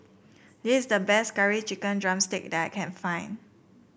this is the best Curry Chicken drumstick that I can find